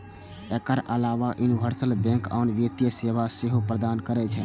एकर अलाव universal bank आन वित्तीय सेवा सेहो प्रदान करै छै